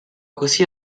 così